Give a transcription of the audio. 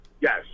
Yes